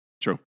True